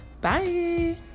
bye